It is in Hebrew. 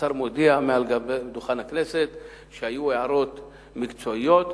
השר מודיע מעל דוכן הכנסת, שהיו הערות מקצועיות,